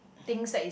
things that is